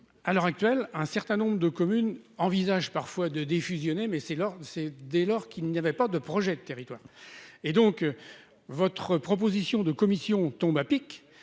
à l'heure actuelle, un certain nombre de communes envisage parfois de défusionner mais c'est c'est dès lors qu'il n'y avait pas de projets de territoire et donc votre proposition de commission tombe à pic,